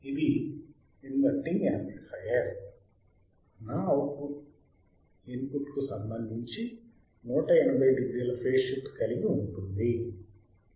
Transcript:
ఇది inverting amplifier నా output ఇన్పుట్కు సంబంధించి 1800 ఫేజ్ షిఫ్ట్ కలిగి ఉంటుంది